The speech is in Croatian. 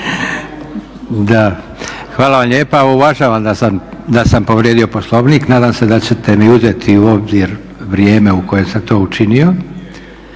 Hvala vam lijepa. Uvažavam da sam povrijedio Poslovnik, nadam se da ćete mi uzeti u obzir vrijeme u kojem sam to učinio.